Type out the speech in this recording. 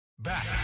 Back